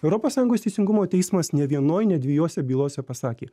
europos sąjungos teisingumo teismas ne vienoj ne dviejose bylose pasakė